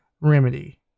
Remedy